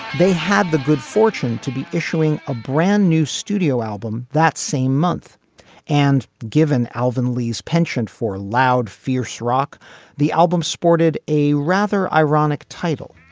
they had the good fortune to be issuing a brand new studio album that same month and given alvin lee's pension for loud fierce rock the album sported a rather ironic title.